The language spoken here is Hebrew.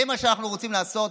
זה מה שאנחנו רוצים לעשות?